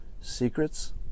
secrets